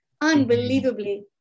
unbelievably